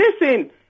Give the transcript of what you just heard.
listen